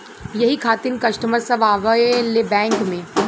यही खातिन कस्टमर सब आवा ले बैंक मे?